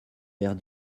vers